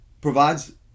provides